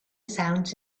sounds